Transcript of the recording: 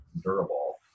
durable